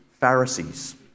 Pharisees